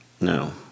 No